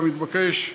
כמתבקש,